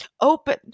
open